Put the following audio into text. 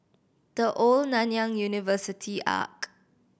The Old Nanyang University Arch